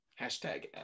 hashtag